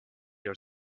your